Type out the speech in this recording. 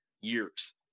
years